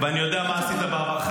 ואני יודע מה עשית בעברך,